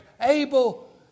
Abel